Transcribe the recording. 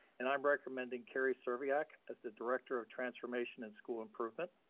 and i'm recommending carrie so crkvenac. as the director of transformation and school improvement.